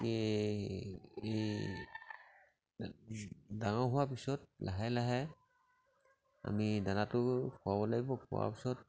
এই এই ডাঙৰ হোৱাৰ পিছত লাহে লাহে আমি দানাটো খুৱাব লাগিব খোৱাৰ পিছত